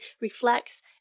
reflects